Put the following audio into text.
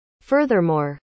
Furthermore